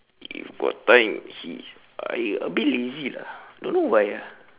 if got time he I a bit lazy lah don't know why ah